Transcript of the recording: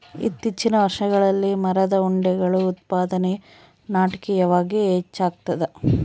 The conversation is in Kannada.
ಇತ್ತೀಚಿನ ವರ್ಷಗಳಲ್ಲಿ ಮರದ ಉಂಡೆಗಳ ಉತ್ಪಾದನೆಯು ನಾಟಕೀಯವಾಗಿ ಹೆಚ್ಚಾಗ್ತದ